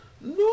No